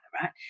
right